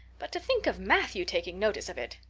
but to think of matthew taking notice of it!